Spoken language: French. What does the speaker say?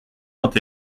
vingt